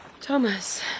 Thomas